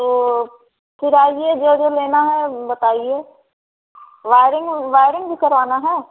तो फिर आइए जो जो लेना है बताइए वायरिंग वायरिंग भी करवाना है